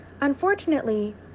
Unfortunately